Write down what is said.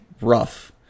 rough